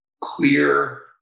clear